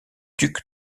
duc